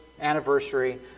anniversary